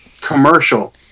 commercial